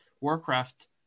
Warcraft